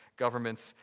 governments,